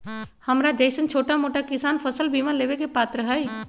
हमरा जैईसन छोटा मोटा किसान फसल बीमा लेबे के पात्र हई?